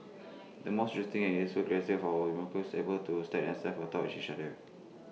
the most interesting and useful of our is able to stack themselves on top of each other